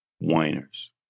whiners